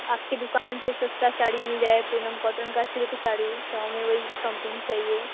आपकी दुकान पर सस्ता साड़ी मिल जाए पूनम कॉटन का सिल्क साड़ी तो हमें वही कंपनी चाहिए